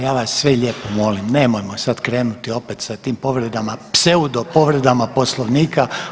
Ja vas sve lijepo molim nemojmo sad krenuti opet sa tim povredama, pseudo povredama Poslovnika.